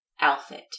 outfit